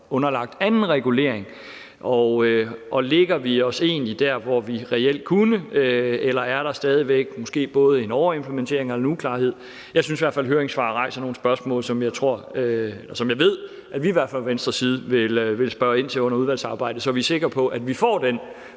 underlagt anden regulering, og om vi egentlig lægger os der, hvor vi reelt kunne, eller om der måske stadig væk både er en overimplementering og en uklarhed. Jeg synes i hvert fald, at høringssvarene rejser nogle spørgsmål, som jeg ved at vi i hvert fald fra Venstres side vil spørge ind til under udvalgsarbejdet, så vi er sikre på, at vi får den